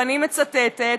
ואני מצטטת,